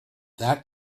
that